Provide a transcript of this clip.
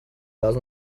does